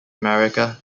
america